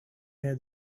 hear